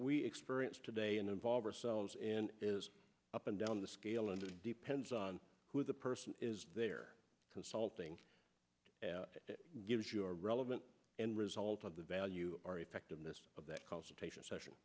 we experience today and involve ourselves in is up and down the scale under depends on who the person is they're consulting gives you a relevant end result of the value our effectiveness of that consultation session